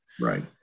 Right